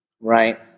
Right